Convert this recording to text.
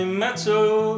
metal